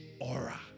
aura